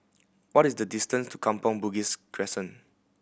what is the distance to Kampong Bugis Crescent